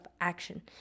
action